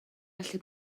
allu